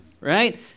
right